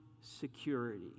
security